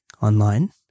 online